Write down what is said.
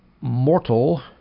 mortal